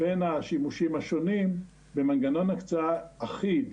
בין השימושים השונים למנגנון הקצאה אחיד,